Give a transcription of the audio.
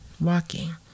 walking